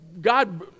God